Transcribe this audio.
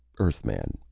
earthman,